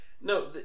no